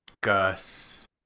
Gus